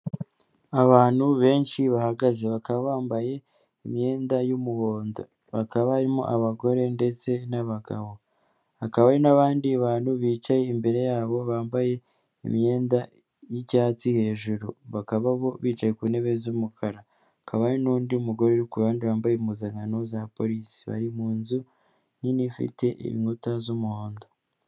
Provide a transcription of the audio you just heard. Abantu benshi bahagaze bakaba bambaye imyenda y'umuhondo, hakaba harimo abagore ndetse n'abagabo, hakaba hari n'bandi bantu bicaye imbere yabo bambaye imyenda y'icyatsi hejuru, bakaba bicaye ku ntebe z'umukara hakaba n'undi mugore uri ku ruhande wambaye impuzankano za polisi bari mu nzu nini ifite inkuta z'umuhondo.